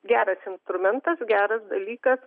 geras instrumentas geras dalykas